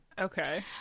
Okay